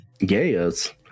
yes